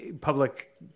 public